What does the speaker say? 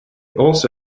also